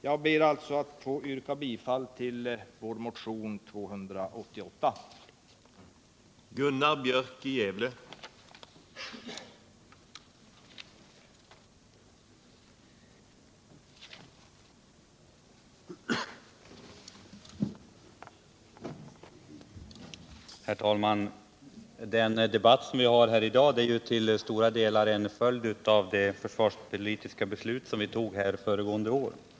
Jag ber alltså att få yrka bifall till vår motion nr 288. Försvarspolitiken, 920